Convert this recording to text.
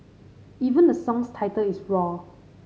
even the song's title is roar